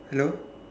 hello